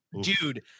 dude